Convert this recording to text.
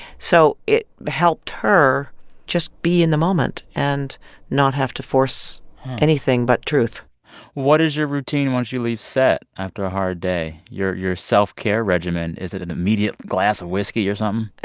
so it helped her just be in the moment and not have to force anything but truth what is your routine once you leave set after a hard day, your your self-care regimen? is it an immediate glass of whiskey or something? um